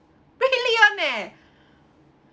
really one eh